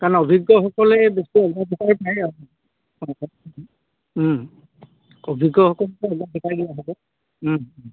কাৰণ অভিজ্ঞসকলে অভিজ্ঞসকলে